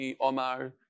Omar